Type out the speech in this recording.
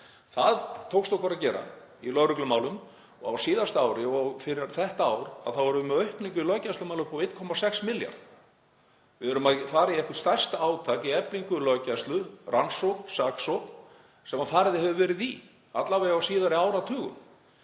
Það tókst okkur að gera í lögreglumálum. Á síðasta ári og fyrir þetta ár erum við með aukningu í löggæslumál upp á 1,6 milljarða. Við erum að fara í eitthvert stærsta átak í eflingu löggæslu, rannsókn og saksókn sem farið hefur verið í, alla vega á síðari áratugum.